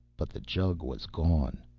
but the jug was gone.